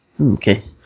Okay